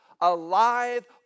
alive